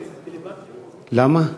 למה?